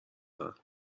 دارن